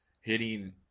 hitting